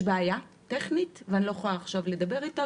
בעיה טכנית ואני לא יכולה עכשיו לדבר איתה,